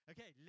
Okay